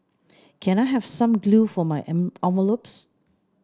can I have some glue for my envelopes